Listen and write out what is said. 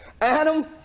Adam